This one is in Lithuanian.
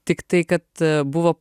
tiktai kad buvo